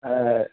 ओह